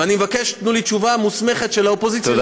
ואני מבקש שתיתנו לי תשובה מוסמכת של האופוזיציה לעניין הזה.